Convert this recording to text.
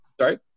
sorry